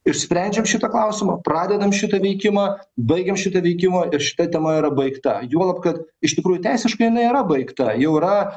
išsprendžiam šitą klausimą pradedam šitą veikimą baigiam šitą veikimą ir šita tema baigta juolab kad iš tikrųjų teisiškai jinai yra baigta jau yra